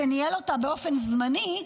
שניהל אותה באופן זמני,